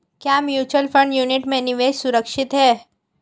क्या mutual fund unit में निवेश सुरक्षित है?